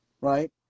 right